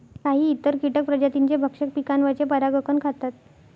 काही इतर कीटक प्रजातींचे भक्षक पिकांवरचे परागकण खातात